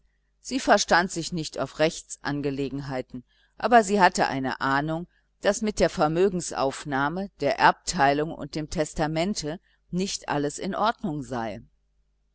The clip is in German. sie verstand sich nicht auf rechtsangelegenheiten aber sie hatte eine ahnung daß mit der vermögensaufnahme der erbteilung und dem testamente nicht alles in ordnung sei